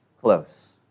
close